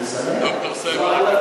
אני שמח.